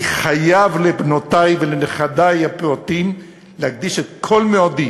אני חייב לבנותי ולנכדי הפעוטים להקדיש את כל מאודי